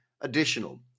additional